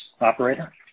Operator